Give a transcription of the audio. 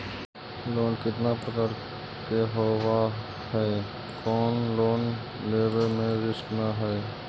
Loan कितना प्रकार के होबा है कोन लोन लेब में रिस्क न है?